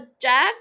Jack